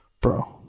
Bro